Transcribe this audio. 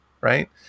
right